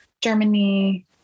Germany